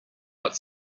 but